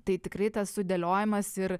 tai tikrai tas sudėliojimas ir